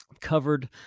covered